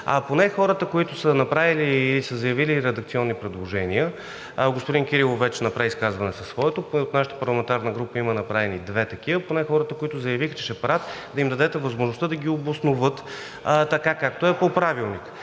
поне хората, които са направили и са заявили редакционни предложения – господин Кирилов вече направи изказване със своето, от нашата парламентарна група има направени две такива, поне хората, които заявиха, че ще правят, да им дадете възможността да ги обосноват, както е по Правилник.